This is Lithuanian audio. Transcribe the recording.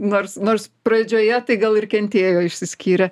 nors nors pradžioje tai gal ir kentėjo išsiskyrę